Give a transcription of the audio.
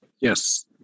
Yes